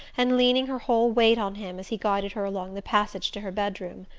and leaning her whole weight on him as he guided her along the passage to her bedroom.